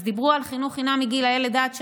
אז דיברו על חינוך חינם מגיל לידה עד שלוש,